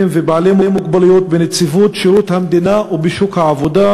ובעלי מוגבלות בשירות המדינה ובשוק העבודה,